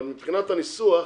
אבל מבחינת הניסוח,